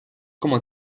como